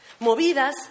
Movidas